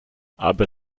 aber